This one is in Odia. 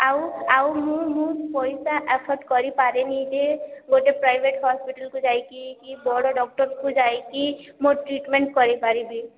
ଆଉ ଆଉ ମୁଁ ମୁଁ ପଇସା ଏଫୋର୍ଟ କରିପାରେନି ଯେ ଗୋଟେ ପ୍ରାଇଭେଟ୍ ହସ୍ପିଟାଲ କୁ ଯାଇକି କି ବଡ଼ ଡ଼କ୍ଟର କୁ ଯାଇକି ମୋ ଟ୍ରିଟ୍ମେଣ୍ଟ କରିପାରିବି